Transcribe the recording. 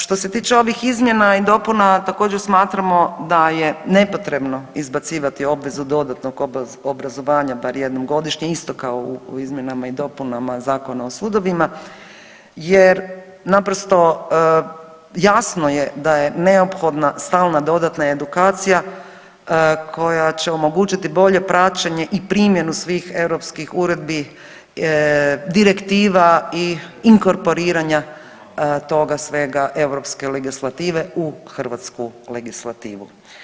Što se tiče ovih izmjena i dopuna također smatramo da je nepotrebno izbacivati obvezu dodatnog obrazovanja bar jednom godišnje isto kao i u izmjenama i dopunama Zakona o sudovima, jer naprosto jasno je da je neophodna stalna dodatna edukacija koja će omogućiti bolje praćenje i primjenu svih europskih uredbi, direktiva i inkorporiranja toga svega europske legislative u hrvatsku legislativu.